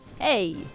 Hey